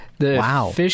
Wow